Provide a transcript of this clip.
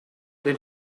then